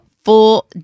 full